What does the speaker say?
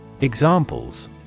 Examples